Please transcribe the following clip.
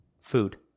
food